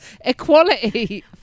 Equality